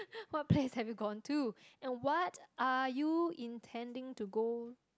what plays have you gone to and what are you intending to go